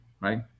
right